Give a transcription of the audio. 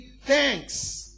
thanks